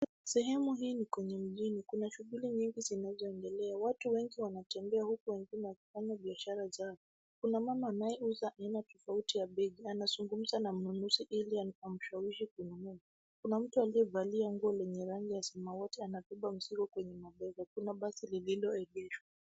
Sehemu hii ni kwenye mjini. Kuna shughuli nyingi zinazoendelea. Watu wengi wanatembea huku wengine wakifanya biashara zao. Kuna mama anaye uza aina tofauti ya begi, na anazungumza na mnunuzi ili amshawishi kununua. Kuna mtu aliyevalia nguo lenye rangi ya samawati anabeba mzigo kwenye mabega. Kuna basi lililo egeshwa.